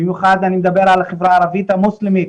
במיוחד אני מדבר על החברה הערבית המוסלמית,